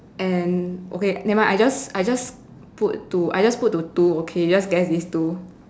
and okay never mind I just I just put two I just to two okay just guess these two